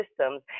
systems